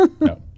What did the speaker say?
no